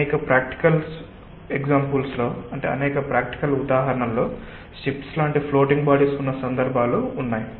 అనేక ప్రాక్టికల్ ఉదాహరణలలో షిప్స్ లాంటి ఫ్లోటింగ్ బాడీస్ ఉన్న సందర్భాలు ఉన్నాయి